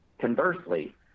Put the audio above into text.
Conversely